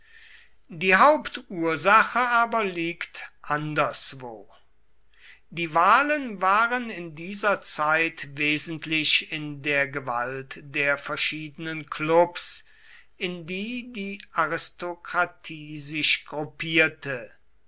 die hauptursache aber liegt anderswo die wahlen waren in dieser zeit wesentlich in der gewalt der verschiedenen klubs in die die aristokratie sich